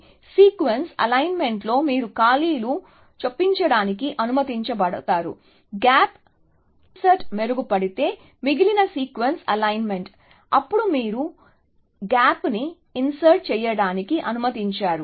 కాబట్టి సీక్వెన్స్ అలైన్మెంట్లో మీరు ఖాళీలు చొప్పించడానికి అనుమతించబడతారు గ్యాప్ ఇన్సర్ట్ మెరుగు పడితే మిగిలిన సీక్వెన్స్ అలైన్మెంట్ అప్పుడు మీరు గ్యాప్ని ఇన్సర్ట్ చేయడానికి అనుమతించారు